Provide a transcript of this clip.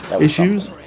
issues